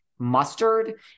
mustard